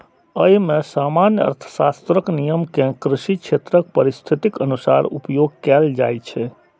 अय मे सामान्य अर्थशास्त्रक नियम कें कृषि क्षेत्रक परिस्थितिक अनुसार उपयोग कैल जाइ छै